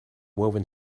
woven